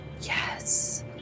Yes